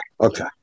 Okay